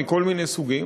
מכל מיני סוגים.